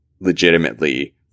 legitimately